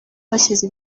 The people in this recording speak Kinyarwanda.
bashyize